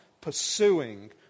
pursuing